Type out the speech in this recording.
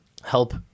Help